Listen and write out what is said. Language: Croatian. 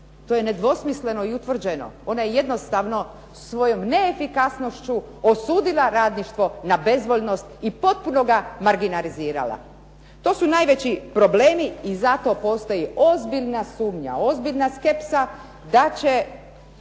to je nedvosmisleno i utvrđeno, ona je jednostavno svojom neefikasnošću osudila radništvo na bezvoljnost i potpuno ga marginalizirala. To su najveći problemi i zato postoji ozbiljna sumnja, ozbiljna skepsa da će